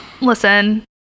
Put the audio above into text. Listen